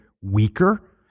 weaker